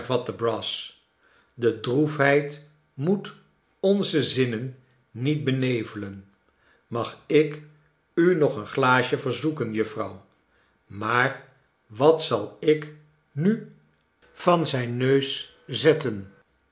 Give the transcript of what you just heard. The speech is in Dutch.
brass de droefheid moet onze zinnen niet benevelen mag ik u nog een glaasje verzoeken jufvrouw maar wat zal ik nu van zijn neus zetten